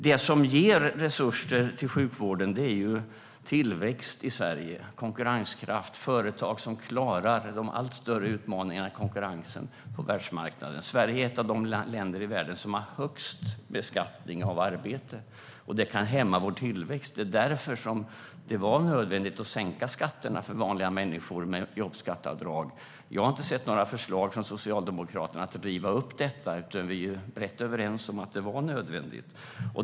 Det som ger resurser till sjukvården är tillväxt i Sverige, konkurrenskraft och företag som klarar de allt större utmaningarna i konkurrensen på världsmarknaden. Sverige är ett av de länder i världen som har högst beskattning av arbete. Det kan hämma vår tillväxt. Det är därför som det var nödvändigt att sänka skatterna för vanliga människor med jobbskatteavdrag. Jag har inte sett några förslag från Socialdemokraterna att riva upp detta, utan vi är rätt överens om att det var nödvändigt.